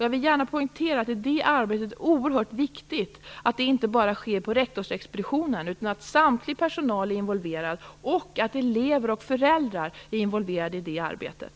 Jag vill gärna poängtera att det är oerhört viktigt att det arbetet inte bara sker på rektorsexpeditionen utan att all personal är involverad och att även elever och föräldrar är involverade i det arbetet.